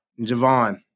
javon